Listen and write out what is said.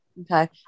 Okay